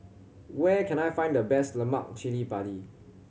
where can I find the best lemak cili padi